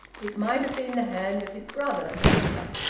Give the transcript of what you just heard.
it might have been the hand of his brother, the vicar.